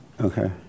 Okay